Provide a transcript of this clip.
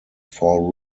four